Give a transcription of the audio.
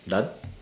done